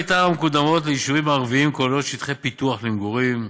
תוכניות המתאר המקודמות ליישובים הערביים כוללות שטחי פיתוח למגורים,